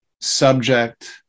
subject